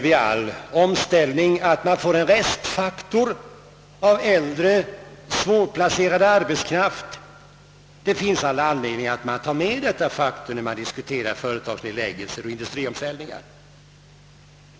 Vid all omställning får man en restfaktor av äldre, svårplacerad arbetskraft. Det finns all anledning att ta med denna faktor när man diskuterar företagsnedläggelser och industriomställningar.